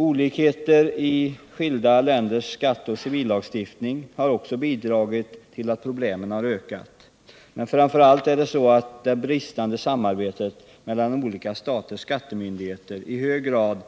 Också olikheter mellan skilda länders skatteoch civillagstiftning har bidragit till att problemen ökat. Men framför allt har det bristande samarbetet mellan olika staters skattemyndigheter i hög grad